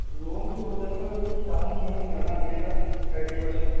loan भी हो जाएगा भाई डाउन पेमेंट करना पड़ेगा थर्टी पर्सेंट